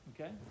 Okay